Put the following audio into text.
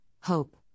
hope